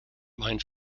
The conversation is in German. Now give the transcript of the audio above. mein